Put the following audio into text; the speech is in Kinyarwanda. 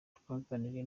twaganiriye